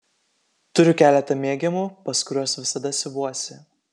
turiu keletą mėgiamų pas kuriuos visada siuvuosi